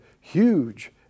huge